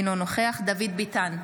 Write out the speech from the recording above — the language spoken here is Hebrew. אינו נוכח דוד ביטן,